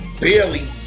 barely